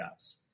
apps